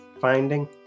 finding